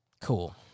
cool